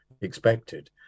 expected